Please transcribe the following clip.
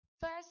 first